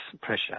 pressure